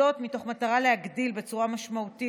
זאת מתוך מטרה להגדיל בצורה משמעותית